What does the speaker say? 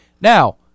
Now